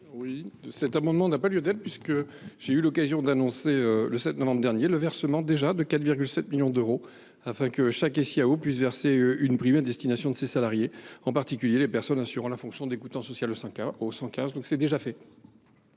? Cet amendement est satisfait, puisque j’ai eu l’occasion d’annoncer, le 7 novembre dernier, le versement de 4,7 millions d’euros afin que chaque SIAO puisse verser une prime à destination de ses salariés, en particulier des personnes assurant la fonction d’écoutant social au 115. J’invite donc ses